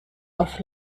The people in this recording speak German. auf